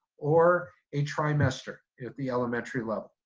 or a trimester at the elementary level.